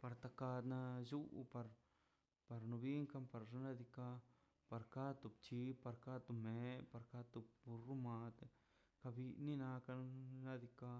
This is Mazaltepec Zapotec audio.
par takad na duu par par no binkan par xnaꞌ diikaꞌ par to ka to bchi par ka to mee par ka to turru mat ka bin inakan ka bi ka